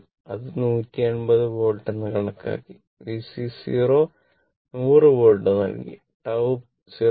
അത് 180 വോൾട്ട് എന്ന് കണക്കാക്കി Vc 0 100 വോൾട്ട് നൽകി ടൌ 0